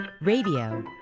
Radio